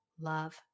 love